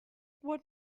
what